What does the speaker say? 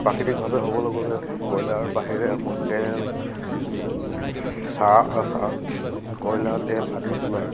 প্ৰাকৃতিকভাৱে হ'ব লগে লগে কয়লাৰ বাহিৰে আমাক তেল চাহ চাহ কয়লা তেল আদি ওলায়